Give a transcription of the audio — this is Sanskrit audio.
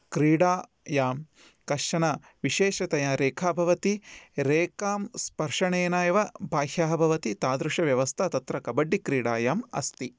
क्रीडायां कश्चन विशेषतया रेखा भवति रेखां स्पर्शनेन एव बाह्यः भवति तादृशव्यवस्था तत्र कब्बड्डिक्रीडायाम् अस्ति